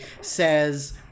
says